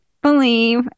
believe